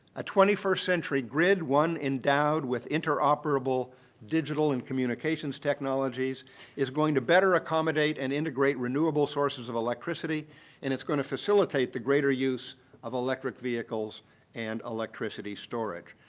a twenty first century grid, one endowed with interoperable digital and communications technologies is going to better accommodate and integrate renewable sources of electricity and it's going to facilitate the greater use of electric vehicles and electricity storage.